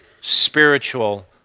spiritual